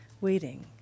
waiting